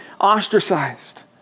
ostracized